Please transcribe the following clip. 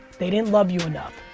they didn't love you enough,